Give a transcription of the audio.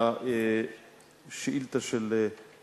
ביום ט"ז בטבת